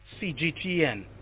CGTN